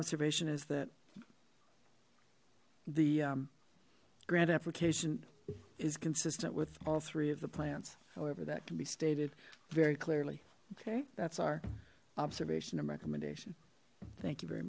observation is that the grant application is consistent with all three of the plants however that can be stated very clearly okay that's our observation and recommendation thank you very